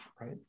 Right